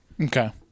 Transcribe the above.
Okay